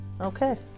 Okay